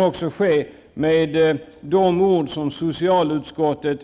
Även de ord som socialutskottet